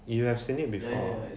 you have seen it before [what]